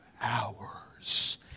hours